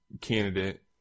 candidate